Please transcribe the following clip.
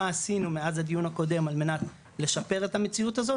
מה עשינו מאז הדיון הקודם על מנת לשפר את המציאות הזאת